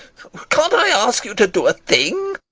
can't i ask you to do a thing?